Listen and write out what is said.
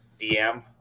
DM